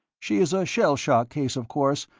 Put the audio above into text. she is a shell-shock case, of course,